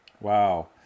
Wow